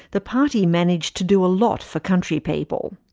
the party managed to do a lot for country people.